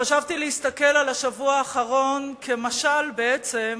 חשבתי להסתכל על השבוע האחרון כמשל בעצם